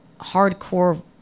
hardcore